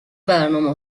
برنامه